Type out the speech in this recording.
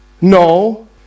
No